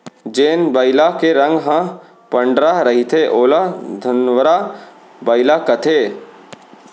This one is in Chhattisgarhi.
जेन बइला के रंग ह पंडरा रहिथे ओला धंवरा बइला कथें